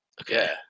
okay